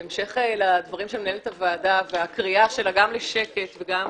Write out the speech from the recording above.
בהמשך לדברים של מנהלת הוועדה והקיאה שלה גם לשקט וגם